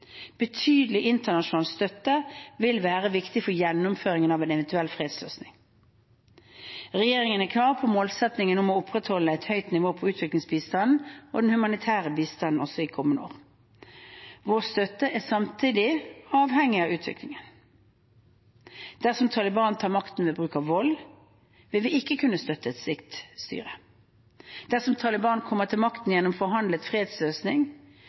Betydelig internasjonal støtte vil være viktig for gjennomføringen av en eventuell fredsløsning. Regjeringen er klar på målsettingen om å opprettholde et høyt nivå på utviklingsbistanden og den humanitære bistanden også i kommende år. Vår støtte er samtidig avhengig av utviklingen. Dersom Taliban tar makten ved bruk av vold, vil vi ikke kunne støtte et slikt styre. Dersom Taliban kommer til makten gjennom en forhandlet fredsløsning,